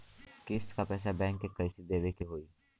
किस्त क पैसा बैंक के कइसे देवे के होई?